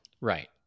Right